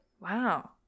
Wow